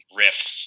riffs